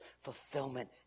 fulfillment